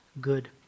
good